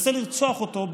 מנסה לרצוח אותו,